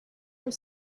were